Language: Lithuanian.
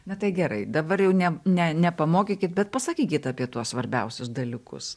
bet tai gerai dabar jau ne ne ne pamokykit bet pasakykit apie tuos svarbiausius dalykus